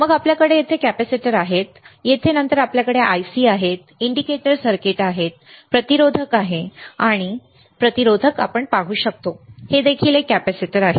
मग आपल्याकडे येथे कॅपेसिटर आहेत येथे नंतर आपल्याकडे IC आहेत आपल्याकडे इंडिकेटर सर्किट आहे आपल्याकडे प्रतिरोधक आहेत आपण प्रतिरोधक पाहू शकता तर हे देखील कॅपेसिटर आहे